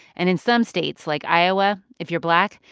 and in some states, like iowa, if you're black,